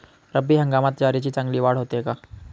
रब्बी हंगामात ज्वारीची चांगली वाढ होते का?